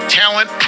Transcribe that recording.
talent